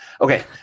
Okay